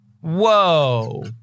Whoa